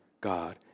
God